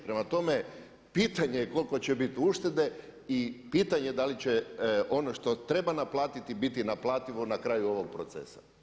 Prema tome, pitanje je koliko će biti uštede i pitanje je da li će ono što treba naplatiti biti naplativo na kraju ovog procesa.